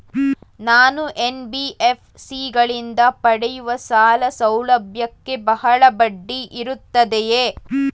ನಾನು ಎನ್.ಬಿ.ಎಫ್.ಸಿ ಗಳಿಂದ ಪಡೆಯುವ ಸಾಲ ಸೌಲಭ್ಯಕ್ಕೆ ಬಹಳ ಬಡ್ಡಿ ಇರುತ್ತದೆಯೇ?